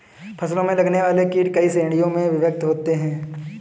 फसलों में लगने वाले कीट कई श्रेणियों में विभक्त होते हैं